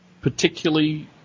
particularly